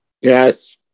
Yes